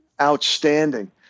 outstanding